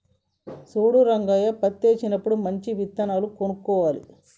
చూడు రంగయ్య పత్తేసినప్పుడు మంచి విత్తనాలు కొనుక్కోవాలి